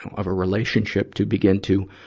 of a relationship, to begin to,